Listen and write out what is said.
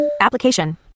Application